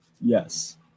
yes